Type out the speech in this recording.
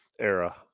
era